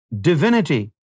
divinity